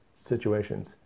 situations